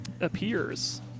appears